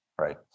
Right